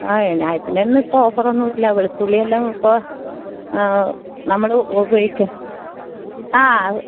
ആ എന്നായത്തിനൊന്നും ഓഫറൊന്നും ഇല്ല വെളുത്തുള്ളിയെല്ലാം ഇപ്പോൾ നമ്മൾ ഉപയോഗിക്കാം ആ